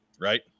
Right